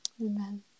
Amen